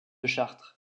chartres